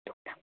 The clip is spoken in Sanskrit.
दुग्धं